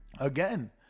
again